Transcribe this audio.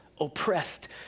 oppressed